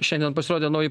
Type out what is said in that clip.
šiandien pasirodė nauji